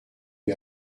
lui